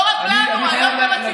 לא רק לנו, גם לציבור זה כואב.